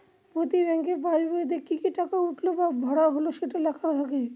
প্রতি ব্যাঙ্কের পাসবইতে কি কি টাকা উঠলো বা ভরা হল সেটা লেখা থাকে